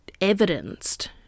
evidenced